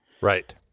right